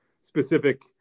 specific